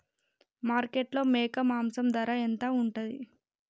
మార్కెట్లో మేక మాంసం ధర ఎంత ఉంటది?